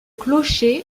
clocher